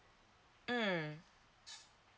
mm